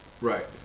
Right